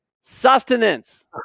Sustenance